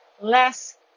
less